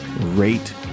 rate